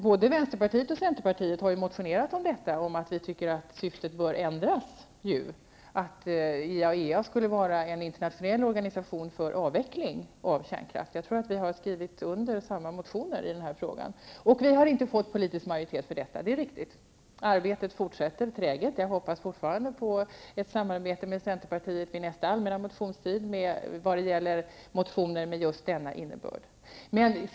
Både vänsterpartiet och centerpartiet har motionerat om att syftet bör ändras så att IAEA blir en internationell organisation för avveckling av kärnkraft. Jag tror att vi har skrivit under samma motioner i den här frågan, och det är riktigt att vi inte har fått politisk majoritet för den. Arbetet fortsätter träget, och jag hoppas fortfarande på ett samarbete med centerpartiet vid nästa allmänna motionstid vad gäller motioner med just denna innebörd.